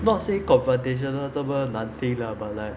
not say confrontational 这么难听 lah but like